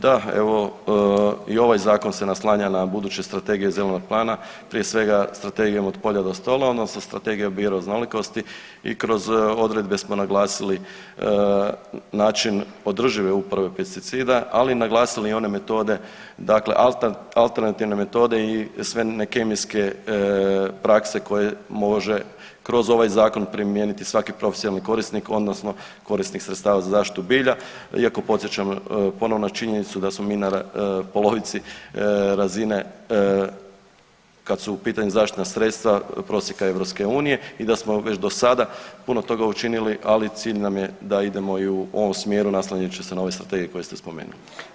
Da evo i ovaj zakon se naslanja na buduće strategije zelenog plana, prije svega Strategijom Od polja do stola odnosno Strategija bioraznolikosti i kroz odredbe smo naglasili način održive uporabe pesticida ali i naglasili one metode, dakle alternativne metode i sve ne kemijske prakse koje može kroz ovaj zakon primijeniti svaki profesionalni korisnik odnosno korisnik sredstava za zaštitu bilja iako podsjećam ponovno na činjenicu da smo mi na polovici razine kad su u pitanju zaštitna sredstva prosjeka EU i da smo već dosada puno toga učinili, ali cilj nam je da idemo i u ovom smjeru naslanjajući se na ove strategije koje ste spomenuli.